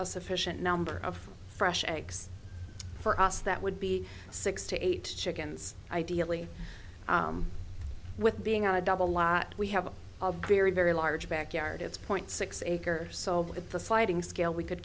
a sufficient number of fresh eggs for us that would be six to eight chickens ideally with being on a double lot we have a very very large backyard it's point six acres so with a sliding scale we could